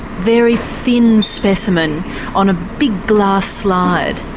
very thin specimen on a big glass slide.